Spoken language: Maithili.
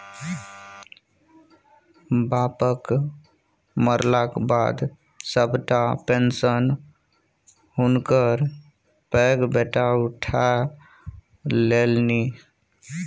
बापक मरलाक बाद सभटा पेशंन हुनकर पैघ बेटा उठा लेलनि